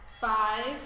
five